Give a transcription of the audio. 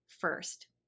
first